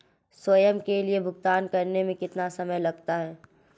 स्वयं के लिए भुगतान करने में कितना समय लगता है?